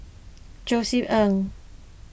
Josef Ng